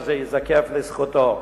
וזה ייזקף לזכותו.